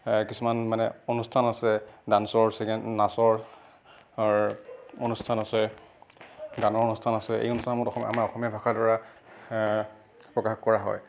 কিছুমান মানে অনুষ্ঠান আছে ডান্সৰ নাচৰ অনুষ্ঠান আছে গানৰ অনুষ্ঠান আছে এই অনুষ্ঠাসমূহত আমাৰ অসমীয়া ভাষাৰ দ্বাৰা প্ৰকাশ কৰা হয়